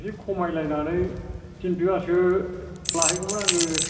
एसे खमायलायनानै थिन बिगासो लाहैगौमोन आङो